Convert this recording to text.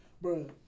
bro